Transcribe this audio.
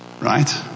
right